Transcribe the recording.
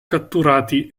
catturati